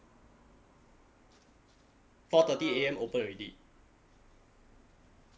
four thirty A_M open already